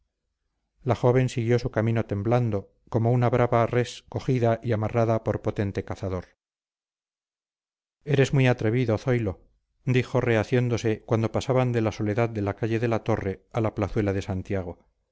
la joven siguió su camino temblando como una brava res cogida y amarrada por potente cazador eres muy atrevido zoilo dijo rehaciéndose cuando pasaban de la soledad de la calle de la torre a la plazuela de santiago